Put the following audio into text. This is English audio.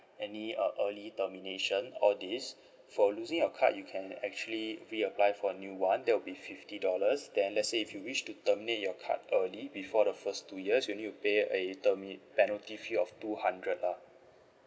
any uh early termination all these for losing your card you can actually reapply for new [one] that will be fifty dollars then let's say if you wish to terminate your card early before the first two years you need to pay a termi~ penalty fee of two hundred lah